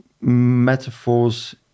metaphors